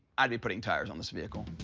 i'd be putting tires on this vehicle.